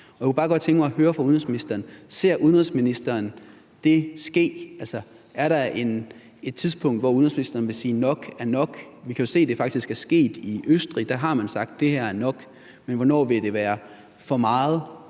Jeg kunne bare godt tænke mig at høre fra udenrigsministeren, om udenrigsministeren ser det ske. Er der et tidspunkt, hvor udenrigsministeren vil sige: Nok er nok? Vi kan jo se, at det faktisk er sket i Østrig. Der har man sagt, at det her er nok. Men hvornår vil det være for meget